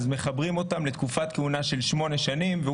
אז מחברים אותן לתקופת כהונה של שמונה שנים.